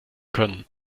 können